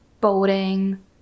boating